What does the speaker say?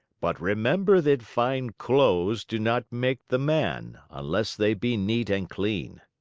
but remember that fine clothes do not make the man unless they be neat and clean.